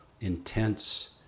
intense